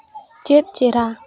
ᱪᱮᱫ ᱪᱮᱨᱦᱟ